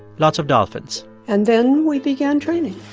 lots of dolphins and then we began training